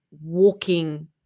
walking